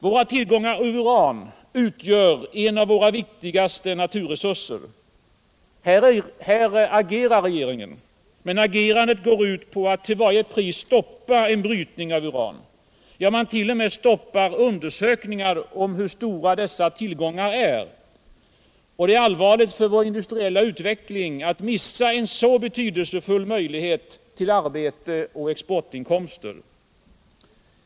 Våra tillgångar av uran utgör en av våra rikaste naturresurser. Här agerar regeringen. Men agerandet går ut på att till varje pris stoppa en brytning av uran. Ja, man t.o.m. stoppar undersökningar om hur stora dessa tillgångar är. Det är allvarligt för vår industriella utveckling att missa en så betydelsefull möjlighet till arbete och exportinkomster.